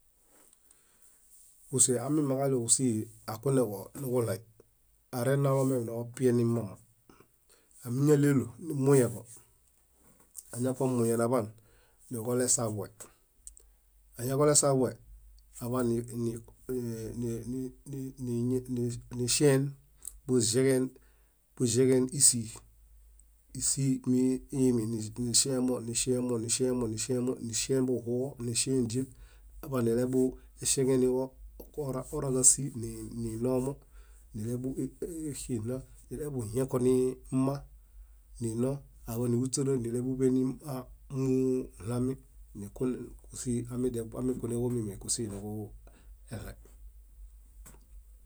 . Kúse ámimãġaɭoġusii akunẽġo nuġuɭaĩ, arenalomeme nopienimamo. Ámiñaɭelo nimuyẽġo, añakomuyẽaḃaan, niġolesaḃue, añaġolesaḃue, aḃani- ni- ni- niŝien buĵeġen ísii, ísii miiminiŝemo, niŝemo, niŝemo, niŝemo, niŝemo, niŝembuhuġo, níŝẽdiel aḃanileḃueŝeŋeniġo ora- óraġasii ni- ninomo, níleḃuexina nileḃuhĩko nimma nino, áḃanihuśara níleḃuḃe nimma muɭami, nikunen kúsii. Amidia amikunẽġo mími, kúsii nuġuueɭaĩ.